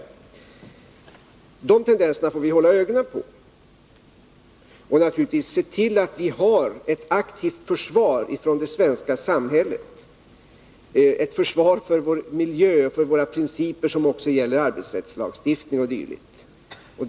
De nämnda tendenserna får vi hålla ögonen på. Naturligtvis måste vi se till att vi har ett aktivt försvar i det svenska samhället — ett försvar för vår miljö och för våra principer som också gäller arbetsrättslagstiftning o. d.